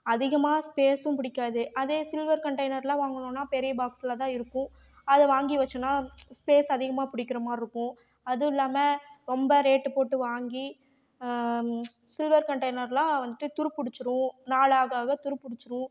அதிகமாக ஸ்பேஸும் பிடிக்காது அதே சில்வர் கன்டைனர்லாம் வாங்குனோம்னா பெரிய பாக்ஸில் தான் இருக்கும் அதை வாங்கி வெச்சோம்னா ஸ்பேஸ் அதிகமாக பிடிக்கிற மாதிரி இருக்கும் அதுவும் இல்லாமல் ரொம்ப ரேட்டு போட்டு வாங்கி சில்வர் கன்டைனர்லாம் வந்துவிட்டு துருப்பிடுச்சிரும் நாள் ஆக ஆக துருப்பிடுச்சிரும்